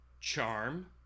Charm